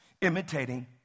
imitating